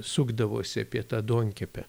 sukdavosi apie tą duonkepę